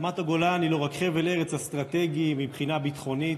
רמת הגולן היא לא רק חבל ארץ אסטרטגי מבחינה ביטחונית